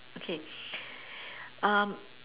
okay um